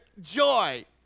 joy